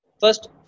first